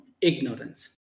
ignorance